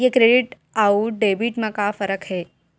ये क्रेडिट आऊ डेबिट मा का फरक है?